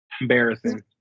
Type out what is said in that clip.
Embarrassing